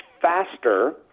faster